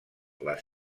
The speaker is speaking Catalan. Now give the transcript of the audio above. les